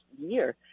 year